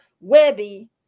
Webby